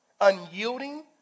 unyielding